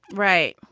right.